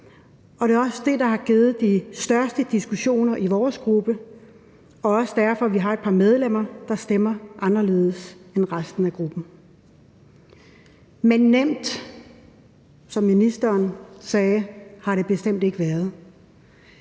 Det er også det, der har givet de største diskussioner i vores gruppe, og det er også derfor, vi har et par medlemmer, der stemmer anderledes end resten af gruppen. Men nemt – som ministeren sagde – har det bestemt ikke været.